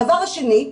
הדבר השני,